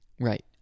Right